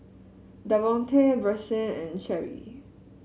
Davonte Brycen and Cheri